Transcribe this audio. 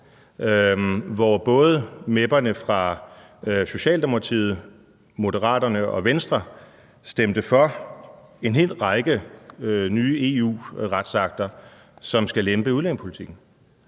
hvor både mep'erne fra Socialdemokratiet, Moderaterne og Venstre stemte for en hel række nye EU-retsakter, som skal lempe udlændingepolitikken.